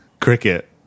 cricket